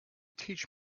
teach